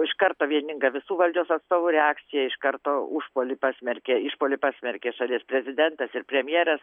iš karto vieninga visų valdžios atstovų reakcija iš karto užpuolį pasmerkė išpuolį pasmerkė šalies prezidentas ir premjeras